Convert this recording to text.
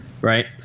right